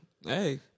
Hey